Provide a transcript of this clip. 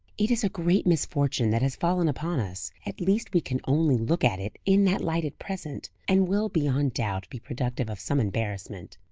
it is a great misfortune that has fallen upon us at least we can only look at it in that light at present, and will, beyond doubt, be productive of some embarrassment.